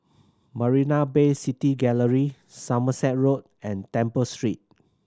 Marina Bay City Gallery Somerset Road and Temple Street